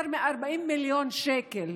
יותר מ-40 מיליון שקל.